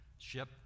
ship